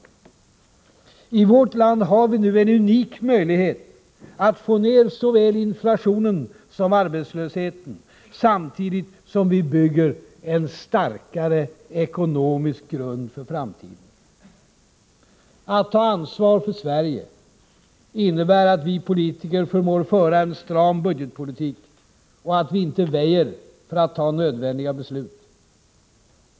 I vårt land har vi nu en unik möjlighet att få ner så väl inflationen som arbetslösheten, samtidigt som vi bygger en starkare ekonomisk grund för framtiden. Att ta ansvar för Sverige innebär att vi politiker förmår föra en stram budgetpolitik och att vi inte väjer för att ta nödvändiga beslut.